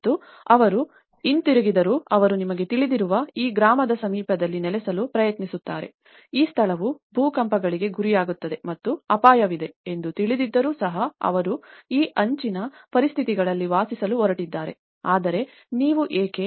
ಮತ್ತು ಅವರು ಹಿಂತಿರುಗಿದರು ಅವರು ನಿಮಗೆ ತಿಳಿದಿರುವ ಈ ಗ್ರಾಮದ ಸಮೀಪದಲ್ಲಿ ನೆಲೆಸಲು ಪ್ರಯತ್ನಿಸುತ್ತಾರೆ ಈ ಸ್ಥಳವು ಭೂಕಂಪಗಳಿಗೆ ಗುರಿಯಾಗುತ್ತದೆ ಮತ್ತು ಅಪಾಯವಿದೆ ಎಂದು ತಿಳಿದಿದ್ದರೂ ಸಹ ಅವರು ಈ ಅಂಚಿನ ಪರಿಸ್ಥಿತಿಗಳಲ್ಲಿ ವಾಸಿಸಲು ಹೊರಟಿದ್ದಾರೆ ಆದರೆ ನೀವು ಯಾಕೆ